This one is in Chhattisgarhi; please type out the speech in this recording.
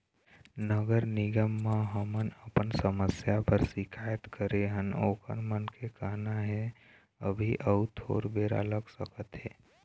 नगर निगम म हमन अपन समस्या बर सिकायत करे हन ओखर मन के कहना हे अभी अउ थोर बेरा लग सकत हे